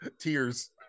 Tears